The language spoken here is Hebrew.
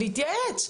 להתייעץ,